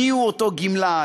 מיהו אותו גמלאי,